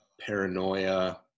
paranoia